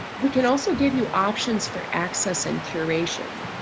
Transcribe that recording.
we can also give you options for access and curation.